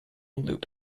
loop